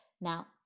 Now